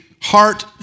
heart